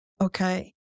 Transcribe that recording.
Okay